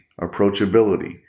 Approachability